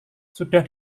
sudah